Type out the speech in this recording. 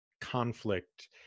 conflict